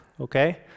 okay